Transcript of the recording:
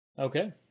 Okay